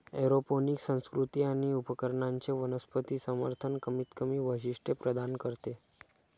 aeroponic संस्कृती आणि उपकरणांचे वनस्पती समर्थन कमीतकमी वैशिष्ट्ये प्रदान करते